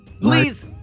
Please